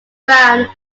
brown